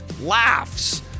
laughs